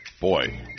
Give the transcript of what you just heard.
Boy